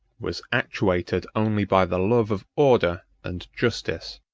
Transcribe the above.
was actuated only by the love of order and justice.